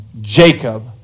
Jacob